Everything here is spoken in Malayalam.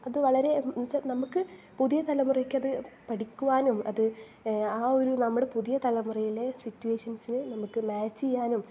അത് വളരെ എന്ന് വച്ചാൽ നമുക്ക് പുതിയ തലമുറയ്ക്ക് അത് പഠിക്കുവാനും അത് ആ ഒരു നമ്മുടെ പുതിയ തലമുറയിലെ സിറ്റുവേഷൻസിന് നമുക്ക് മാച്ച് ചെയ്യാനും